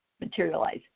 materialize